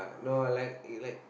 no I like he like